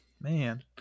man